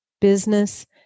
business